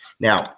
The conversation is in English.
Now